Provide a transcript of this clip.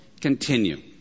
continue